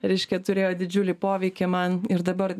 reiškia turėjo didžiulį poveikį man ir dabar